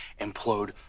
implode